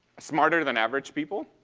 smarter than average people,